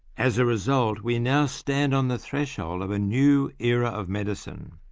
as a result we now stand on the threshold of a new era of medicine,